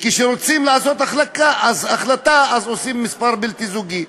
כשרוצים לעשות החלטה אז עושים מספר בלתי זוגי.